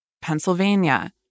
Pennsylvania